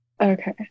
Okay